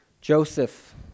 Joseph